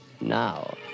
now